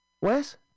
Wes